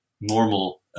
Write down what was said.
normal